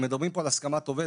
מדברים פה על הסכמת עובד,